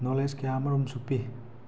knowledge ꯀꯌꯥ ꯑꯃꯔꯣꯝꯁꯨ ꯄꯤ